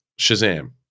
Shazam